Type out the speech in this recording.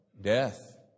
Death